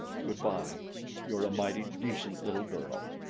good-bye! you're a mighty decent little girl.